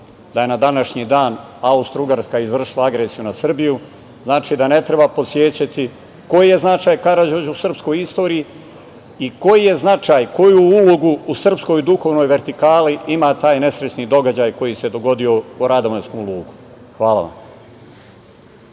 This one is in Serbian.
na današnji dan Austrougarska je izvršila agresiju na Srbiju… Znači, ne treba podsećati koji je značaj Karađorđa u srpskoj istoriji i koji značaj i koju ulogu u srpskoj duhovnoj vertikali ima taj nesrećni događaj koji se dogodio u Radovanjskom lugu. Hvala vam.